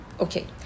Okay